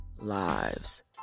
lives